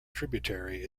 tributary